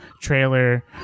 trailer